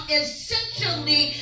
essentially